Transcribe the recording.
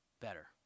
better